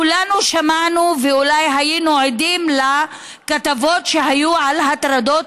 כולנו שמענו ואולי היינו עדים לכתבות שהיו על הטרדות